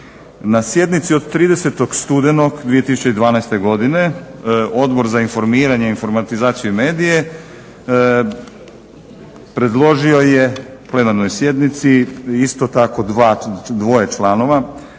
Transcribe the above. Na sjednici od 30. studenog 2012. godine Odbor za informiranje, informatizaciju i medije predložio je plenarnoj sjednici isto tako dva, dvoje članova.